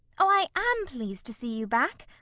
oh, i am pleased to see you back.